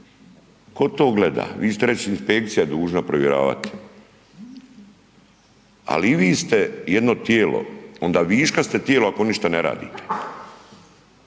tko to gleda? Vi ćete reći inspekcija dužna provjeravati, ali i vi ste jedno tijelo onda viška ste tijelo ako ništa ne radite.